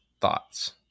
thoughts